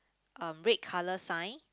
a red colour sign